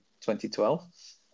2012